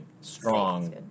strong